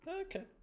Okay